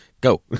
Go